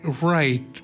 right